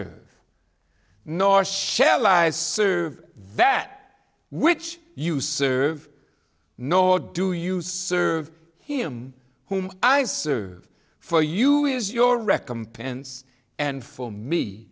or nor share lies serve that which you serve nor do you serve him whom i serve for you is your recompense and for me